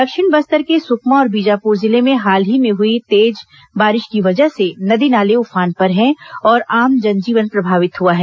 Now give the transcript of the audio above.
दक्षिण बस्तर के सुकमा और बीजापुर जिले में हाल ही में हुई तेज बारिश की वजह से नदी नाले उफान पर है और आम जन जीवन प्रभावित हुआ है